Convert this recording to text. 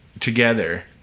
together